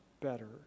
better